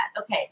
Okay